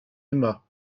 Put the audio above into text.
aima